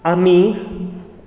आमी